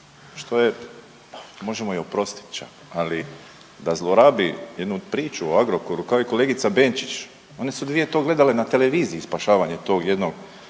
što je možemo joj oprostiti čak, ali da zlorabi jednu priču o Agrokoru kao i kolegica Benčić one su dvije to gledale na televiziji spašavanje tog jednog